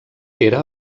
era